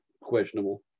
questionable